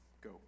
go